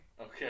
Okay